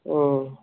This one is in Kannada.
ಹ್ಞೂ